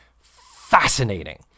Fascinating